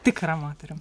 tikra moterim